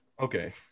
Okay